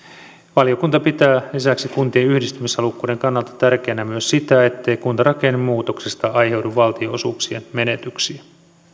valiokunta pitää lisäksi kuntien yhdistymishalukkuuden kannalta tärkeänä myös sitä ettei kuntarakennemuutoksesta aiheudu valtionosuuksien menetyksiä